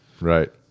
Right